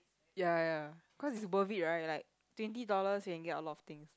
ya ya ya cause is worth it right like twenty dollars can get a lot of things